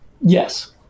Yes